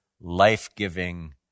life-giving